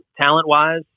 talent-wise